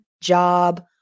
job